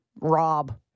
Rob